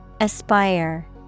ASPIRE